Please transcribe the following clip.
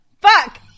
Fuck